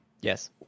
Yes